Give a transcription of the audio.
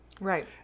right